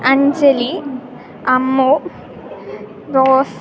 Anjali Ammu rose